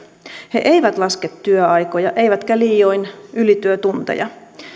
he eivät laske työaikoja eivätkä liioin ylityötunteja